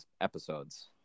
episodes